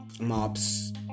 mobs